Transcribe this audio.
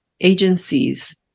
agencies